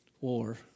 War